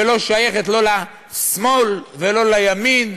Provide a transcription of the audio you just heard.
ולא שייכת לא לשמאל ולא לימין,